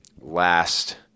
last